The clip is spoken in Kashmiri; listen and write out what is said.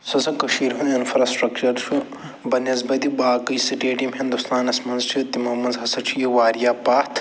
یُس ہسا کٔشیٖرِ ہُنٛد اِنٛفراسِٹرٛکچَر چھُ بہ نٮ۪سبَتہِ باقٕے سِٹیٹ یِم ہِنٛدُستانَس منٛز چھِ تِمو منٛز ہسا چھِ یہِ واریاہ پَتھ